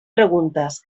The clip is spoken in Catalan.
preguntes